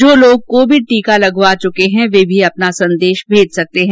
जो लोग कोविड टीका लगवा चुके हैं ये भी अपना संदेश भेज सकते हैं